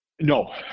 No